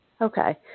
Okay